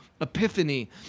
epiphany